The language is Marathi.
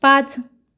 पाच